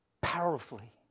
Powerfully